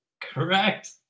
Correct